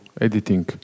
editing